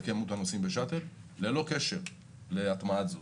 כמות הנוסעים בשאט"ל ללא קשר להטמעת "זוזו".